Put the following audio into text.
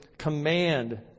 command